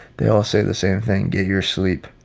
they all say the same thing. get your sleep.